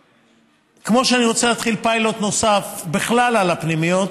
כמו שאני רוצה להתחיל פיילוט נוסף בכלל על הפנימיות,